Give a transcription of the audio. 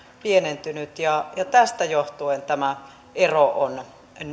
pienentynyt ja ja tästä johtuen tämä ero on